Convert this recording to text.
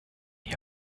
die